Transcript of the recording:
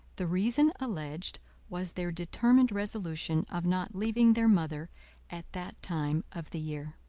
the reason alleged was their determined resolution of not leaving their mother at that time of the year.